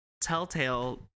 Telltale